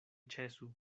ĉesu